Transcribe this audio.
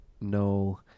no